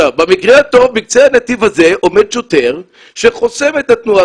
במקרה הטוב בקצה הנתיב הזה עומד שוטר שחוסם את התנועה